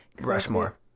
Rushmore